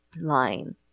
line